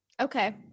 Okay